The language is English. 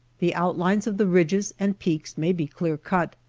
the outlines of the ridges and peaks may be clear cut,